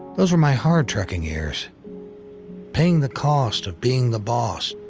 those were my hard-trucking years paying the cost of being the boss,